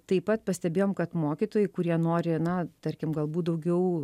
taip pat pastebėjom kad mokytojai kurie nori na tarkim galbūt daugiau